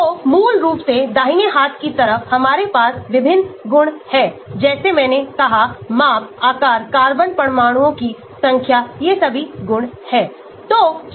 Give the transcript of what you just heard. तो मूल रूप से दाहिने हाथ की तरफ हमारे पास विभिन्न गुण हैं जैसे मैंने कहा माप आकार कार्बन परमाणुओं की संख्या ये सभी गुण हैं